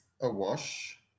Awash